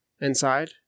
inside